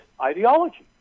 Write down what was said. ideology